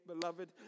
beloved